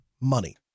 money